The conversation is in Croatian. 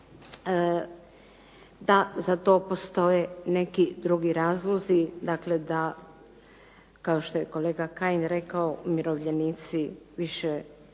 da za to postoje neki drugi razlozi, dakle da kao što je kolega Kajin rekao umirovljenici više